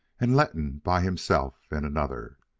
and letton by himself in another.